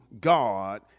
God